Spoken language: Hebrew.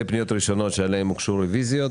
פניות ראשונות עליהן הוגשו רוויזיות.